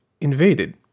invaded